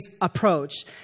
approach